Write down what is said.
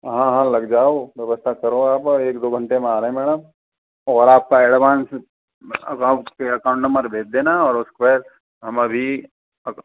हाँ हाँ लग जाओ व्यवस्था करो आप एक दो घंटे में आ रहे हैं मैडम और आपका एडवांस अकाउंट अकाउंट नंबर भेज देना और उसपे हम अभी